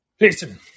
Listen